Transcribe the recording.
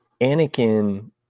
Anakin